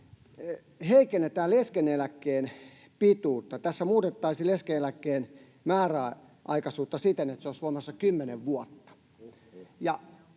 heikennetään leskeneläkkeen pituutta. Tässä muutettaisiin leskeneläkkeen määräaikaisuutta siten, että se olisi voimassa 10 vuotta.